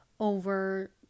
over